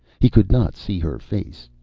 he could not see her face.